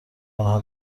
آنها